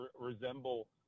resemble